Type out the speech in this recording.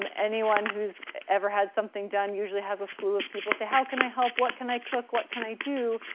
um anyone who's ever had something done usually has a slew of people say, how can i help? what can i cook? what can i do?